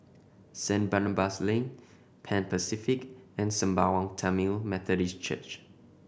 Saint Barnabas Lane Pan Pacific and Sembawang Tamil Methodist Church